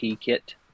kit